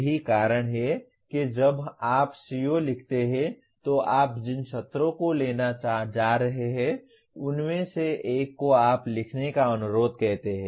यही कारण है कि जब आप CO लिखते हैं तो आप जिन सत्रों को लेने जा रहे हैं उनमें से एक को आप लिखने का अनुरोध करते हैं